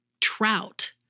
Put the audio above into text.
trout